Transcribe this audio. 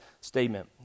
statement